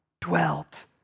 dwelt